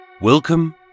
Welcome